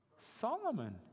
solomon